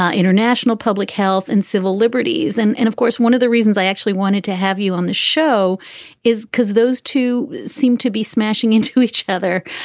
ah international public health and civil liberties. and and of course, one of the reasons i actually wanted to have you on the show is because those two seemed to be smashing into each other.